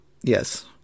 Yes